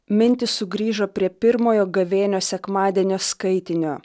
mintys sugrįžo prie pirmojo gavėnios sekmadienio skaitinio